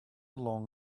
long